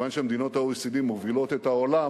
כיוון שמדינות ה-OECD מובילות את העולם